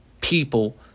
people